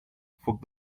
foc